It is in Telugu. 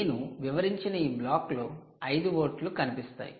నేను వివరించని ఈ బ్లాక్లో 5 వోల్ట్లు కనిపిస్తాయి